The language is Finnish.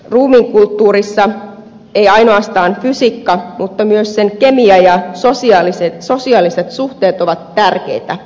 ruumiinkulttuurissa ei ainoastaan fysiikka mutta myös sen kemia ja sosiaaliset suhteet ovat tärkeitä